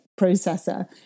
processor